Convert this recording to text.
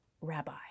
rabbi